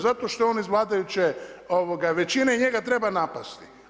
Zato što je on iz vladajuće većine i njega treba napasti.